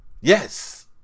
Yes